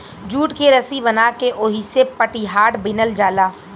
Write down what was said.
jute के रसी बना के ओहिसे पटिहाट बिनल जाला